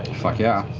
fuck yeah.